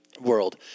world